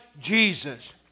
Jesus